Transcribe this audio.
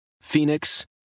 Phoenix